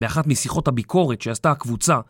באחת משיחות הביקורת שעשתה הקבוצה